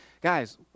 guys